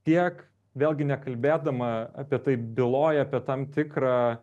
tiek vėlgi nekalbėdama apie tai byloja apie tam tikrą